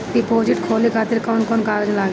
Deposit खोले खातिर कौन कौन कागज लागी?